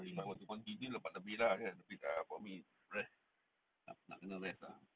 but if I want to continue dapat lebih lah kan tapi for me rest nak kena rest lah